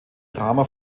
rama